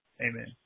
Amen